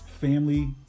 family